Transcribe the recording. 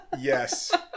Yes